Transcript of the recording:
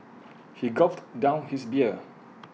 he gulped down his beer